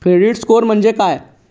Credit score म्हणजे काय?